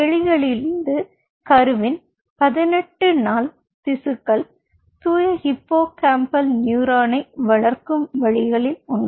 எலிகளிலிருந்து கருவின் 18 நாள் திசுக்கள் தூய ஹிப்போகாம்பல் நியூரானை வளர்க்கும் வழிகளில் ஒன்று